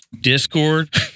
Discord